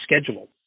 scheduled